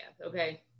okay